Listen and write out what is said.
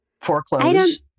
foreclose